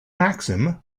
maxim